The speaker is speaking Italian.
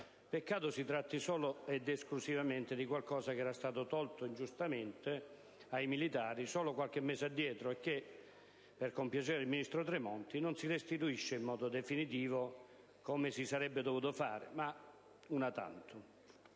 Peccato si tratti solo ed esclusivamente di qualcosa che era stato tolto ingiustamente ai militari, solo qualche mese addietro, e che, per compiacere il ministro Tremonti, non si restituisce in modo definitivo, come si sarebbe dovuto fare, ma *una tantum*.